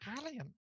Brilliant